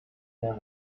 there